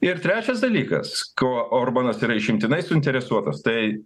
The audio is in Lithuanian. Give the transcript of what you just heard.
ir trečias dalykas kuo orbanas yra išimtinai suinteresuotas tai